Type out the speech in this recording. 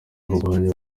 urwanjye